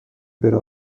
بره